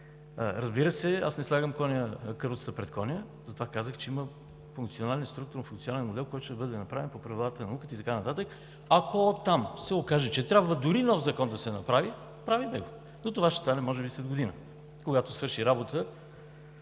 Разбира се, аз не слагам каруцата пред коня, затова казах, че има функционален и структурно функционален модел, който ще бъде направен по правилата на науката и така нататък. Ако там се окаже, че трябва дори нов Закон да се направи, правим го, но това ще стане може би след година, когато свършат работа